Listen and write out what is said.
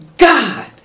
God